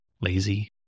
lazy